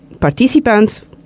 participants